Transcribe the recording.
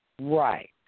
Right